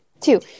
Two